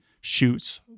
shoots